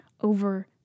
over